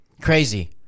crazy